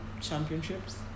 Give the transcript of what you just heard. championships